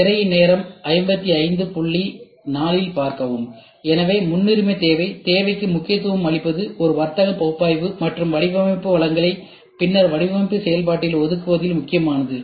திரையின் நேரம் 4504 இல் பார்க்கவும் எனவே முன்னுரிமை தேவை தேவைக்கு முக்கியத்துவம் அளிப்பது ஒரு வர்த்தக பகுப்பாய்வு மற்றும் வடிவமைப்பு வளங்களை பின்னர் வடிவமைப்பு செயல்பாட்டில் ஒதுக்குவதில் முக்கியமானது